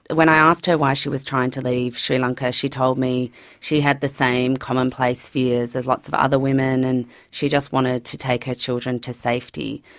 when i asked her why she was trying to leave sri lanka she told me she had the same commonplace fears as lots of other woman and she just wanted to take her children to safety.